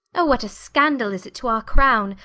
oh, what a scandall is it to our crowne,